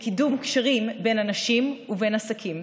לקידום קשרים בין אנשים ובין עסקים,